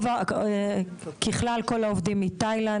ככלל כל העובדים מתאילנד,